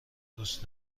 دوست